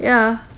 ya